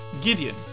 Gideon